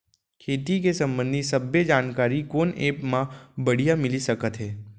खेती के संबंधित सब्बे जानकारी कोन एप मा बढ़िया मिलिस सकत हे?